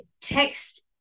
text